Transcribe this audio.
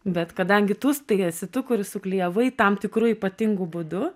bet kadangi tus tai esi tu kuris suklijavai tam tikru ypatingu būdu